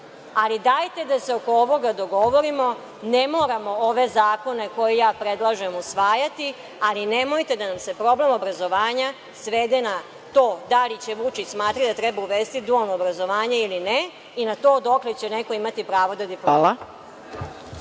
ali dajte da se oko ovoga dogovorimo. Ne moramo ove zakone koje ja predlažem usvajati, ali nemojte da nam se problem obrazovanja svede na to da li će Vučić smatrati da treba uvesti dualno obrazovanje ili ne i na to dokle će neko imati pravo da diplomira.